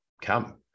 come